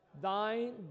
thine